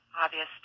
obvious